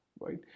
right